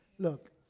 Look